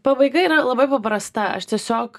pabaiga yra labai paprasta aš tiesiog